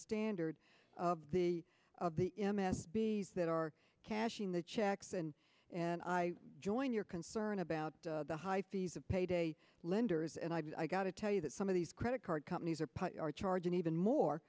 standard of the of the m s b s that are cashing the checks and and i join your concern about the high fees of payday lenders and i gotta tell you that some of these credit card companies are charging even more